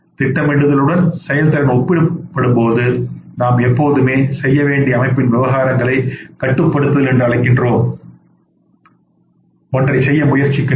திட்டமிடலுடன் செயல்திறன் ஒப்பிடப்படும் போது நாம் எப்போதுமே செய்ய வேண்டிய அமைப்பின் விவகாரங்களைக் கட்டுப்படுத்துதல் என்று அழைக்கப்படும் ஒன்றைச் செய்ய முயற்சிக்கிறோம்